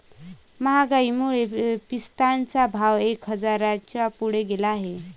महागाईमुळे पिस्त्याचा भाव एक हजाराच्या पुढे गेला आहे